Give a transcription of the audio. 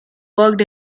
worked